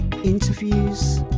interviews